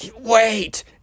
wait